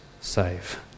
save